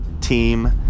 team